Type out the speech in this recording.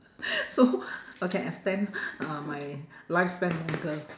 so I can extend uh my lifespan longer